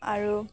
আৰু